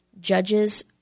Judges